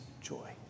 joy